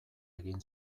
egin